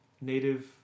native